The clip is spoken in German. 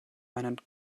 einen